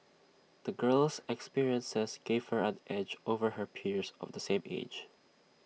the girl's experiences gave her an edge over her peers of the same age